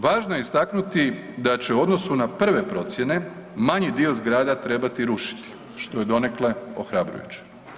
Važno je istaknuti da će u odnosu na prve procjene manji dio zgrada trebati rušiti, što je donekle ohrabrujuće.